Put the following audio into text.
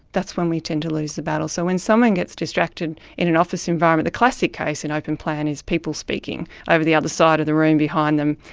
that's when we tend to lose the battle. so when someone gets distracted in an office environment, the classic case in open plan is people speaking over the other side of the room, behind them,